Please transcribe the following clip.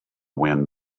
wind